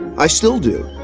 i still do.